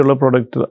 product